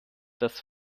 das